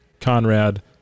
conrad